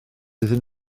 iddyn